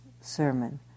sermon